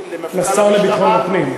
לשר לביטחון הפנים.